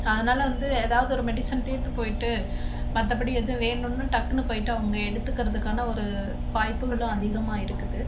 அதனால வந்து எதாவது ஒரு மெடிசன் தீர்ந்து போயிட்டு மற்றபடி எதுவும் வேணும்னு டக்குனு போயிட்டு அவங்க எடுத்துக்கிறதுக்கான ஒரு வாய்ப்புகளும் அதிகமாக இருக்குது